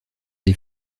des